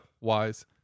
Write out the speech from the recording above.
wise